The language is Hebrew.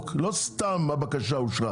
אבל אני אומר לכם חד וחלק שזה לא פותר את הבעיה באופן